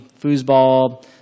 foosball